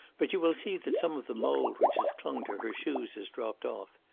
but you will see that some of the mould which has clung to her shoes has dropped off.